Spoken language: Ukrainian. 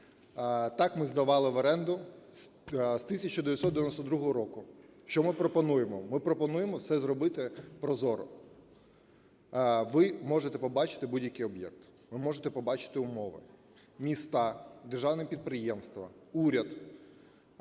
Так ми здавали в оренду з 1992 року. Що ми пропонуємо? Ми пропонуємо все зробити прозоро. Ви можете побачити будь-який об'єкт, ви можете побачити умови, міста, державні підприємства, уряд